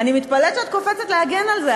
אני מתפלאת שאת קופצת להגן על זה.